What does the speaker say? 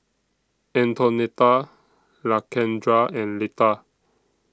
Antonetta Lakendra and Leta